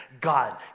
God